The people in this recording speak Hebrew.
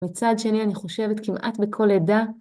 מצד שני, אני חושבת, כמעט בכל עדה,